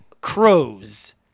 Crows